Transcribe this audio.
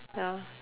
ya